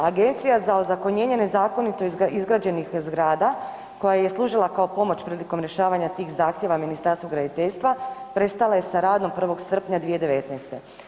Agencija za ozakonjenje nezakonito izgrađenih zgrada koja je služila kao pomoć prilikom rješavanja tih zahtjeva Ministarstvu graditeljstva prestala je sa radom 1. srpnja 2019.